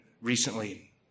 recently